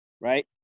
right